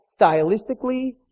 stylistically